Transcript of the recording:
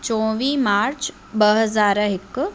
चोवीह मार्च ॿ हज़ार हिकु